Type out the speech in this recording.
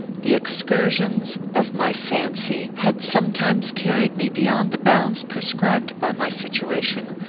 the excursions of my fancy had sometimes carried me beyond the bounds prescribed by my situation,